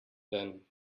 then